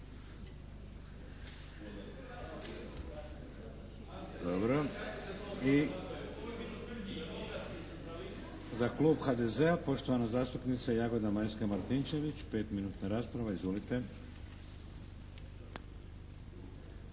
Dobro, i za Klub HDZ-a poštovana zastupnica Jagoda Majska-Martinčević, petminutna rasprava. Izvolite.